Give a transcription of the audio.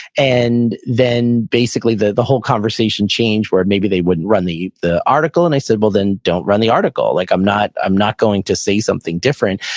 and then basically the the whole conversation changed where maybe they wouldn't run the the article. and i said, well then don't run the article. like i'm not i'm not going to say something different.